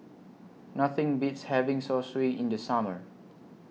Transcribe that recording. Nothing Beats having Zosui in The Summer